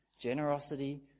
generosity